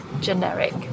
generic